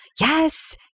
Yes